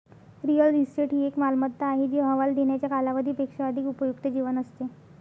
real estate ही एक मालमत्ता आहे जी अहवाल देण्याच्या कालावधी पेक्षा अधिक उपयुक्त जीवन असते